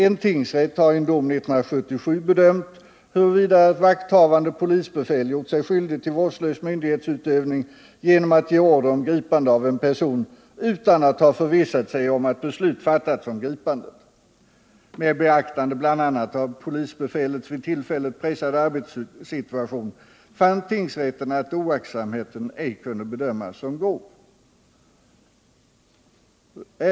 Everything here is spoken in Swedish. En tingsrätt har i en dom 1977 bedömt huruvida vakthavande polisbefäl gjort sig skyldig till vårdslös myndighetsutövning genom att ge order om gripande av en person utan att ha förvissat sig om att beslut fattats om gripandet. Med beaktande bl.a. av polisbefälets pressade arbetssituation vid tillfället fann tingsrätten att oaktsamheten ej kunde bedömas som grov.